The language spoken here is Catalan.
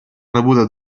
rebuda